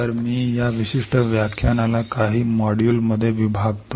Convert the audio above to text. तर मी या विशिष्ट व्याख्यानाला काही मॉड्यूलमध्ये विभागतो